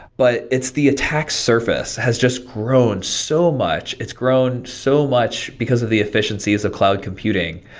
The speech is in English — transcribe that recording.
but it's the attack surface has just grown so much. it's grown so much, because of the efficiencies of cloud computing.